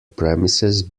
premises